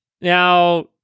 Now